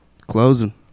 closing